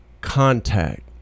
contact